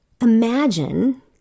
Imagine